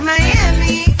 Miami